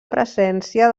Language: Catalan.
presència